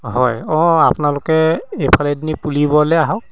হয় অঁ আপোনালোকে এইফালেদি নি পুলিবৰলৈ আহক